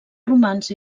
romans